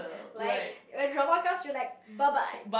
like a drama comes with like bye bye